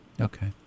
Okay